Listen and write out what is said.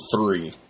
three